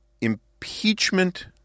impeachment